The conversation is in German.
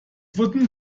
wurden